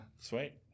sweet